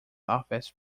office